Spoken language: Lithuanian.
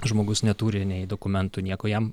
žmogus neturi nei dokumentų nieko jam